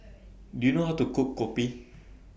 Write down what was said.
Do YOU know How to Cook Kopi